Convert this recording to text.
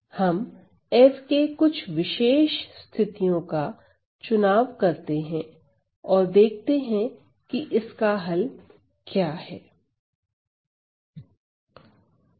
हम f कि कुछ विशेष स्थितियों का चुनाव करते हैं और देखते हैं कि इसका हल क्या है